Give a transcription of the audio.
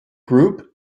group